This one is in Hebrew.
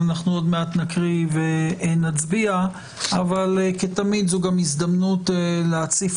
נקריא ונצביע אבל כתמיד זאת גם הזדמנות להציף